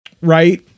Right